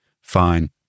fine